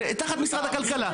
תחת משרד הכלכלה,